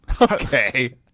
Okay